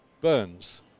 Burns